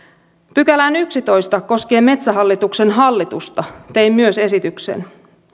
pykälään koskien metsähallituksen hallitusta tein myös esityksen